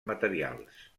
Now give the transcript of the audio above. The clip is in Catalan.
materials